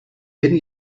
vent